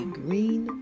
green